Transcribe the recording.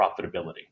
profitability